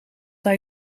hij